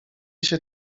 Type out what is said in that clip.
się